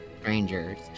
strangers